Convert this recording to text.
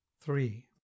three